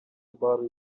bar